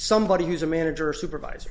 somebody who's a manager or supervis